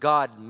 God